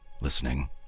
Listening